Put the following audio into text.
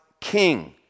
King